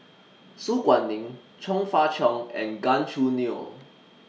Su Guaning Chong Fah Cheong and Gan Choo Neo